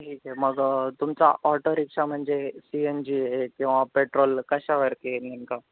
ठीक आहे मग तुमचा ऑटोरिक्षा म्हणजे सी एन जी आहे किंवा पेट्रोल कशावरती आहे नेमका